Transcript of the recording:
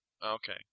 Okay